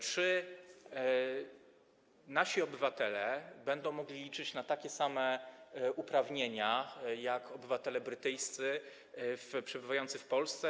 Czy nasi obywatele będą mogli liczyć na takie same uprawnienia jak obywatele brytyjscy przebywający w Polsce?